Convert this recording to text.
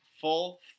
full